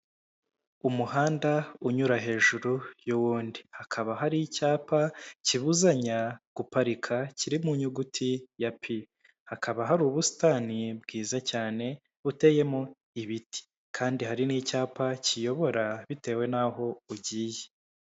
Umuhanda unyura hejuru y'uwundi hakaba hari icyapa kibuzanya guparika kiri mu nyuguti ya "p" hakaba hari ubusitani bwiza cyane buteyemo ibiti kandi hari n'icyapa kiyobora bitewe n'aho ugiye.